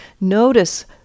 notice